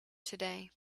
today